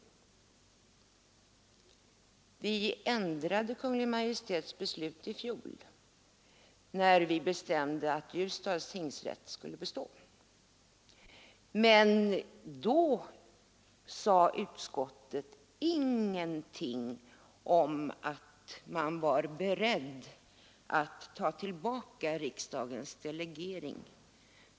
Riksdagen hade annan åsikt än Kungl. Maj:t i fjol när vi tog ställning till Ljusdals tingsrätts ifrågasatta indragning. Men då sade utskottet ingenting om att man var beredd att ta tillbaka den delegering som riksdagen gjort.